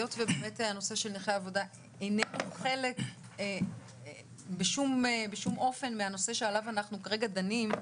היות ובאמת הנושא של נכי עבודה איננו חלק מהנושא עליו אנחנו כרגע דנים,